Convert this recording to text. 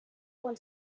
quan